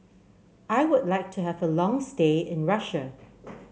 I would like to have a long stay in Russia